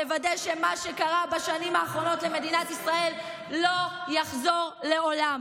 לוודא שמה שקרה בשנים האחרונות למדינת ישראל לא יחזור לעולם.